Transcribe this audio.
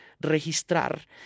registrar